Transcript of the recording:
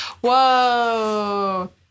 Whoa